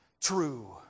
true